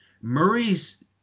Murray's